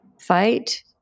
fight